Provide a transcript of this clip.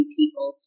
people